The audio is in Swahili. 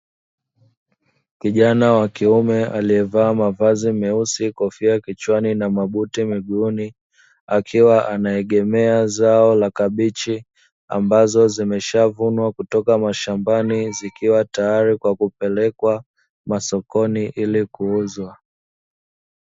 Kijana wa kiume aliyevaa mavazi meusi, kofia kichwani na mabuti miguuni akiwa anaegemea zao la kabichi, ambazo zimeshavunwa kutoka mashambani zikiwa tayari kwa kupelekwa masokoni ili kuuzwa.